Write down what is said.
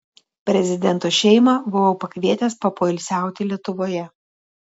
prezidento šeimą buvau pakvietęs papoilsiauti lietuvoje